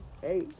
hey